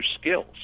skills